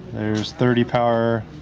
there's thirty power.